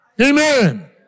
Amen